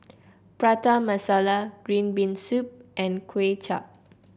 Prata Masala Green Bean Soup and Kuay Chap